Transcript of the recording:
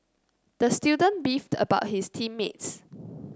the student beefed about his team mates